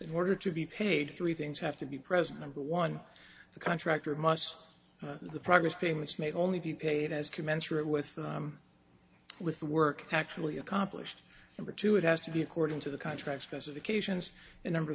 in order to be paid three things have to be present number one the contractor must the progress payments may only be paid as commensurate with with the work actually accomplished and or to it has to be according to the contract specifications and number